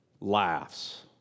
laughs